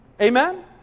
amen